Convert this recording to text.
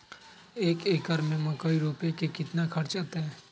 एक एकर में मकई रोपे में कितना खर्च अतै?